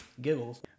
giggles